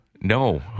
No